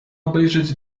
obejrzeć